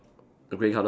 grey colour